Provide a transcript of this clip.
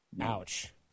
Ouch